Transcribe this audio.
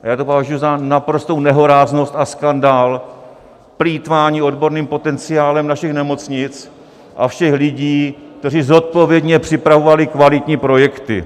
Já to považuji za naprostou nehoráznost a skandál, plýtvání odborným potenciálem našich nemocnic a všech lidí, kteří zodpovědně připravovali kvalitní projekty.